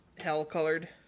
hell-colored